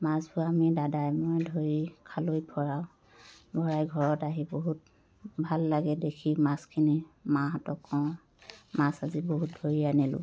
মাছবোৰ আমি দাদাই ময়ে ধৰি খালৈত ভৰাওঁ ভৰাই ঘৰত আহি বহুত ভাল লাগে দেখি মাছখিনি মাহঁতক কওঁ মাছ আজি বহুত ধৰি আনিলোঁ